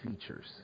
features